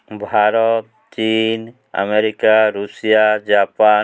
ଭାରତ ଚୀନ America Russia Japan